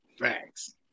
Thanks